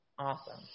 Awesome